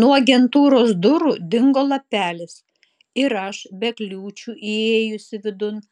nuo agentūros durų dingo lapelis ir aš be kliūčių įėjusi vidun